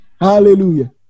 Hallelujah